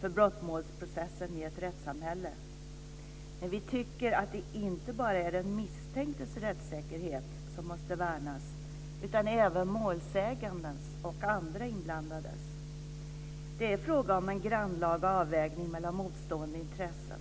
för brottmålsprocessen i ett rättssamhälle, men vi tycker att det inte bara är den misstänktes rättssäkerhet som måste värnas utan även målsägandens och andra inblandades. Det är fråga om en grannlaga avvägning mellan motstående intressen.